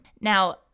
Now